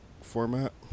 format